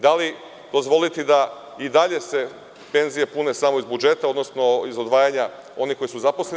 Da li dozvoliti da se i dalje penzije pune samo iz budžeta, odnosno iz odvajanja onih koji su zaposleni?